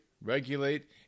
regulate